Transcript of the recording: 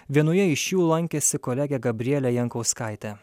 vienoje iš jų lankėsi kolegė gabrielė jankauskaitė